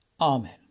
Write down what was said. Amen